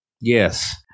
Yes